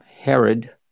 Herod